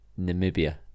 namibia